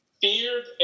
feared